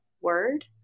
word